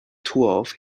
twelve